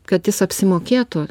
kad jis apsimokėtų